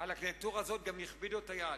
גם הכבידו את היד,